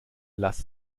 lass